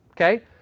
okay